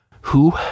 Who